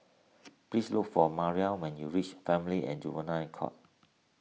please look for Maria when you reach Family and Juvenile Court